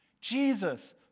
Jesus